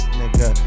nigga